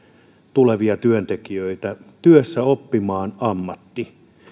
tulevia työntekijöitä oppimaan ammattia työssä